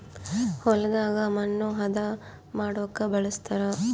ಹೊಲದಾಗ ಮಣ್ಣು ಹದ ಮಾಡೊಕ ಬಳಸ್ತಾರ